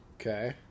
okay